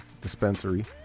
dispensary